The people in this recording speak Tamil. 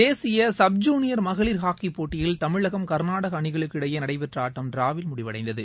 தேசிய சுப் ஜூனியர் மகளிர் ஹாக்கி போட்டியில் தமிழகம் க்நாடக அணிகளுக்கு இடையே நடைபெற்ற ஆட்டம் ட்டிராவில் முடிவடைந்தது